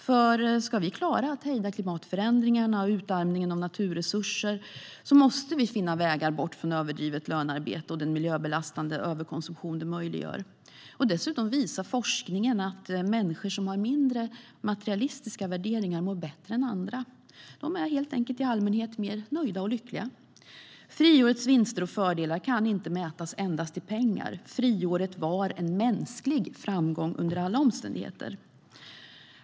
Om vi ska klara av att hejda klimatförändringarna och utarmningen av naturresurser måste vi finna vägar bort från överdrivet lönearbete och den miljöbelastande överkonsumtion det möjliggör. Dessutom visar forskningen att människor som har mindre materialistiska värderingar mår bättre än andra. De är helt enkelt mer nöjda och lyckliga. Friårets vinster och fördelar kan inte mätas endast i pengar. Friåret var en mänsklig framgång under alla omständigheter.